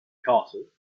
castle